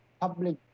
public